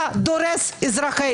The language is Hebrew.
אתה דורס את אזרחי